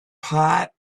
part